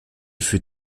fut